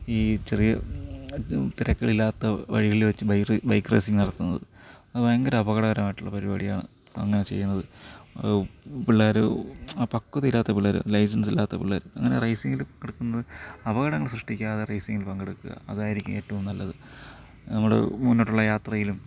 ഈ ചെറിയ തിരക്കുകളില്ലാത്ത വഴികളിൽ വച്ച് ബൈറ് ബൈക്ക് റേസിങ് നടത്തുന്നത് അത് ഭയങ്കര അപകടകരമായിട്ടുള്ള പരുപാടിയാണ് അങ്ങനെ ചെയ്യുന്നത് പിള്ളേര് ആ പക്വത ഇല്ലാത്ത പിള്ളേര് ലൈസൻസില്ലാത്ത പിള്ളേർ അങ്ങനെ റേസിങ്ങില് പങ്കെടുക്കുമ്പോൾ അപകടങ്ങൾ സൃഷ്ടിക്കാതെ റേസിങ്ങിൽ പങ്കെടുക്കുക അതായിരിക്കും ഏറ്റവും നല്ലത് നമ്മള് മുന്നോട്ടുള്ള യാത്രയിലും